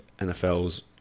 NFL's